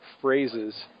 phrases